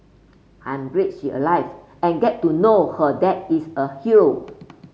I'm grid she alive and get to know her dad is a hero